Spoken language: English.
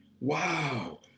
Wow